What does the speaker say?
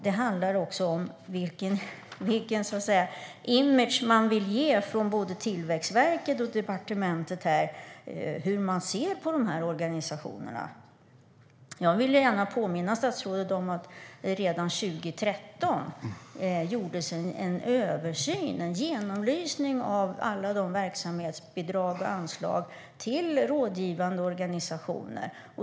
Den handlar om vilken image man vill ge från både Tillväxtverket och departementet och hur man ser på dessa organisationer. Jag vill gärna påminna statsrådet om att det redan 2013 gjordes en översyn, en genomlysning, av alla verksamhetsbidrag och anslag till rådgivande organisationer.